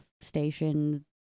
station